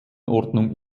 ordnung